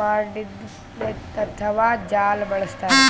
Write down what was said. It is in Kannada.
ಮಾಡಿದ್ದ್ ನೆಟ್ಟ್ ಅಥವಾ ಜಾಲ ಬಳಸ್ತಾರ್